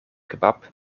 kebab